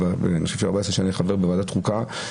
ו-14 שנים אני חבר בוועדת חוקה,